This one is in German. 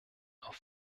auf